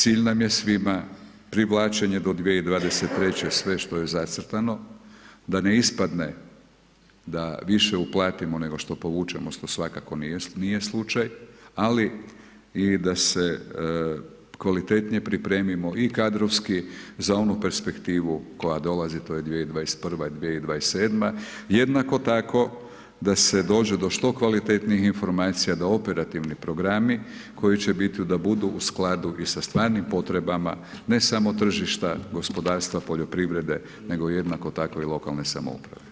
Cilj nam je svima privlačenje do 2023. sve što je zacrtano, da ne ispadne da više uplatimo nego što povučemo, što svakako nije slučaj, ali i da se kvalitetnije pripremimo i kadrovski za onu perspektivu koja dolazi to je 2021. i 2027. jednako tako da se dođe do što kvalitetnijih informacija da operativni programi koji će biti, da budu u skladu i sa stvarnim potrebama, ne samo tržišta gospodarstva, poljoprivrede nego jednako tako i lokalne samouprave.